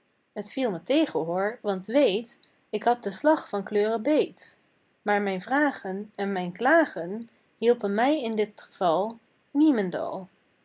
viel me tegen hoor want weet k had den slag van kleuren beet maar mijn vragen en mijn klagen hielpen mij in dit geval niemendal